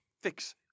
fix